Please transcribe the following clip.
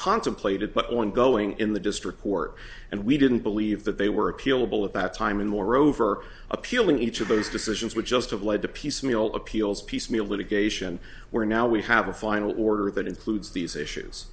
contemplated but one going in the district court and we didn't believe that they were appealable at that time and moreover appealing each of those decisions would just have led to piecemeal appeals piecemeal litigation where now we have a final order that includes these issues